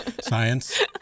Science